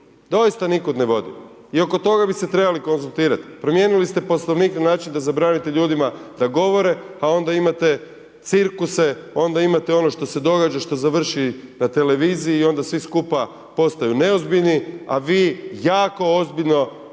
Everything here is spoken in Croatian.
doista nikuda ne vodi i oko toga bi se trebali konzultirati. Promijenili ste poslovnik na način da zabranite ljudima da govore, a onda imate cirkuse, onda imate ono što se događa što završi na televiziji i onda svi skupa postanu neozbiljni, a vi jako ozbiljno vi iz